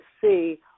see